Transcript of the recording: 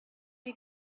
you